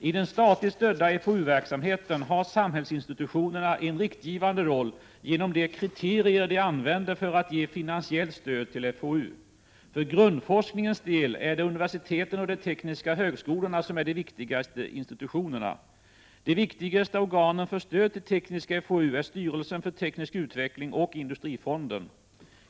I den statligt stödda Fou-verksamheten har samhällsinstitutionerna en riktgivande roll genom de kriterier de använder för att ge finansiellt stöd till Fou. För grundforskningens del är universiteten och de tekniska högskolorna de viktigaste institutionerna. De viktigaste organen för stöd till teknisk Fou är styrelsen för teknisk utveckling och Industrifonden.